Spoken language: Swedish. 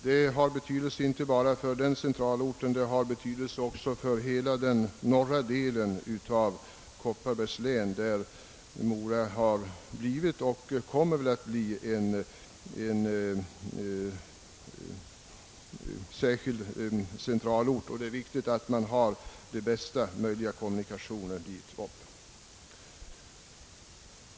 Detta har betydelse inte bara för centralorten utan för hela den norra delen av Kopparbergs län. Mora har blivit och kommr ännu mer att bli en särskild centralort för denna länsdel, och det är därför viktigt att kommunikationerna dit är de bästa möjliga.